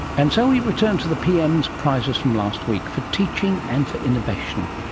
and so we return to the pm's prizes from last week for teaching and for innovation.